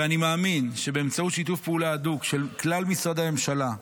ואני מאמין שבאמצעות שיתוף פעולה הדוק של כלל משרדי הממשלה,